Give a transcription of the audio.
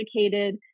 educated